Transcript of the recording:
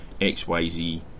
XYZ